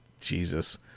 Jesus